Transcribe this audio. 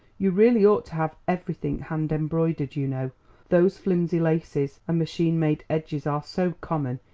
you really ought to have everything hand-embroidered, you know those flimsy laces and machine-made edges are so common,